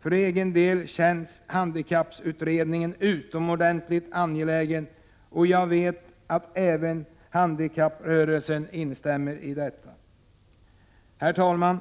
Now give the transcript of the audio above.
För egen del känns handikapputredningen utomordentligt angelägen, och jag vet att även handikapprörelsen instämmer i detta. Herr talman!